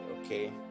okay